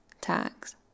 tags